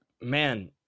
man